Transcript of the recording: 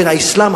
בין האסלאם,